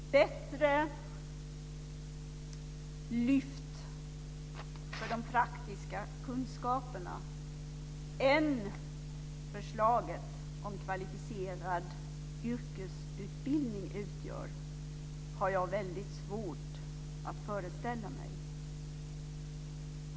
Herr talman! Bättre lyft för de praktiska kunskaperna än förslaget om kvalificerad yrkesutbildning utgör har jag väldigt svårt att föreställa mig.